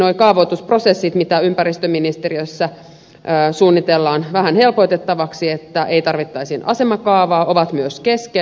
myöskin kaavoitusprosessit joita ympäristöministeriössä suunnitellaan vähän helpotettavaksi että ei tarvittaisi asemakaavaa ovat myös kesken